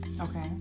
Okay